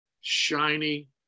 shiny